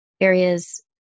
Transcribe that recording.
areas